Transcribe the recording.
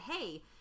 hey